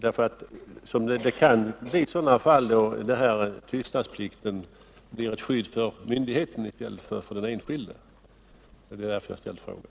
Det kan förekomma fall där tystnadsplikten blir ett skydd för myndigheten i stället för ett skydd för den enskilde. Detta var anledningen till min fråga.